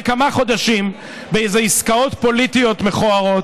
כמה חודשים באיזה עסקאות פוליטיות מכוערות,